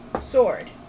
Sword